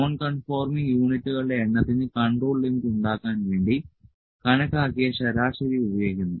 non conforming യൂണിറ്റുകളുടെ എണ്ണത്തിന് control limit ഉണ്ടാക്കാൻ വേണ്ടി കണക്കാക്കിയ ശരാശരി ഉപയോഗിക്കുന്നു